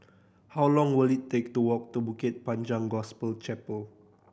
how long will it take to walk to Bukit Panjang Gospel Chapel